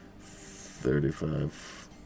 thirty-five